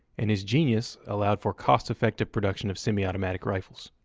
and his genius allowed for cost-effective production of semi-automatic rifles.